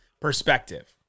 perspective